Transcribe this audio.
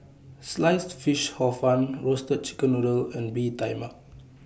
Sliced Fish Hor Fun Roasted Chicken Noodle and Bee Tai Mak